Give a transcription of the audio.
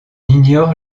ignore